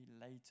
later